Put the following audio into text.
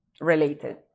related